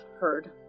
heard